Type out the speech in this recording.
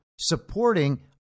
supporting